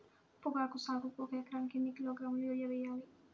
పొగాకు సాగుకు ఒక ఎకరానికి ఎన్ని కిలోగ్రాముల యూరియా వేయాలి?